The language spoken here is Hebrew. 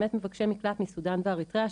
באמת מבקשי מקלט מסודן ואריתריאה,